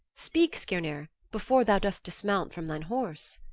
speak, skirnir, before thou dost dismount from thine horse.